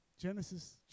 Genesis